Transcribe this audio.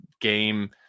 game